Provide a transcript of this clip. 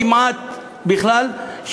כמעט בכלל,